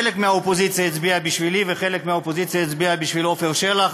חלק מהאופוזיציה הצביעה בשבילי וחלק מהאופוזיציה הצביעה בשביל עפר שלח,